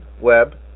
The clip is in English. web